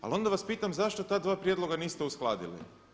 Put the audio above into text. Ali onda vas pitam zašto ta dva prijedloga niste uskladili?